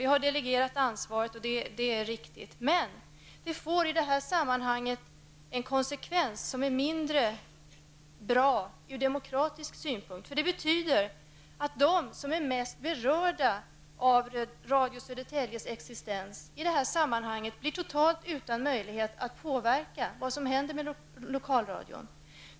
Vi har delegerat ansvaret och det är riktigt, men det får i detta sammanhang en konsekvens som är mindre bra från demokratiskt synpunkt. Det betyder att de som är mest berörda av Radio Södertäljes existens i det här sammanhanget blir totalt utan möjlighet att påverka vad som händer med lokalradion.